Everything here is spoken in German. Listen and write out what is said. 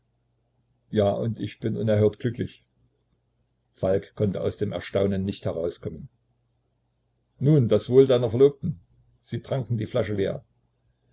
ja und ich bin unerhört glücklich falk konnte aus dem erstaunen nicht herauskommen nun das wohl deiner verlobten sie tranken die flasche leer